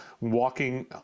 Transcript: walking